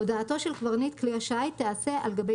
הודעתו של קברניט כלי השיט תיעשה על גבי